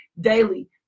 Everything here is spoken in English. daily